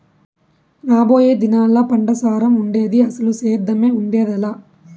రాబోయే దినాల్లా పంటసారం ఉండేది, అసలు సేద్దెమే ఉండేదెలా